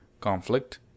conflict